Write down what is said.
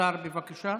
השר, בבקשה.